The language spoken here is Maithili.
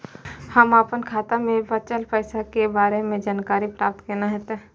हम अपन खाता में बचल पैसा के बारे में जानकारी प्राप्त केना हैत?